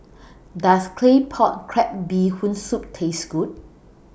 Does Claypot Crab Bee Hoon Soup Taste Good